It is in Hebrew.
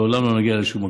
לעולם לא נגיע לשום מקום.